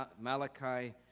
Malachi